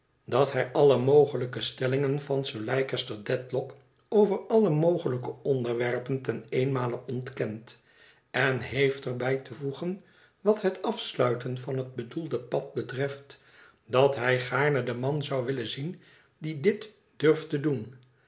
dat hij alle mogelijke stellingen van sir leicester dedlock over alle mogelijke onderwerpen tën eenenmale ontkent en heeft er bij te voegen wat het afsluiten van het bedoelde pad betreft dat hij gaarne den man zou willen zien die dit durft te doen